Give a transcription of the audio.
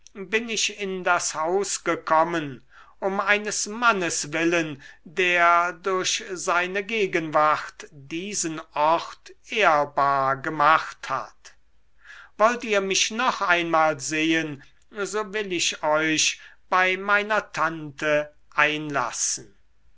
bin ich in das haus gekommen um eines mannes willen der durch seine gegenwart diesen ort ehrbar gemacht hat wollt ihr mich noch einmal sehen so will ich euch bei meiner tante einlassen